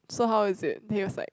so how is it he was like